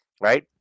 Right